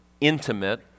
intimate